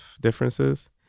differences